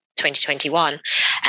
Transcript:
2021